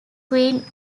queen